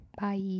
Bye